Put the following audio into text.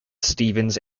stevens